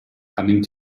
coming